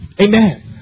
Amen